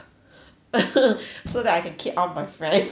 so that I can keep all my friends